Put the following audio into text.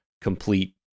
complete